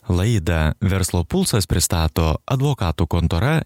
laidą verslo pulsas pristato advokatų kontora